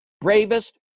bravest